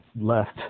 left